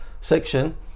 section